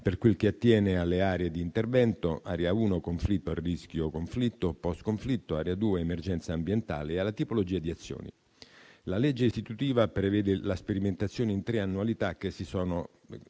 per quel che attiene alle aree di intervento (area uno, conflitto a rischio, conflitto o post-conflitto; area due, emergenza ambientale) e alla tipologia di azioni. La legge istitutiva prevede la sperimentazione in tre annualità che si sono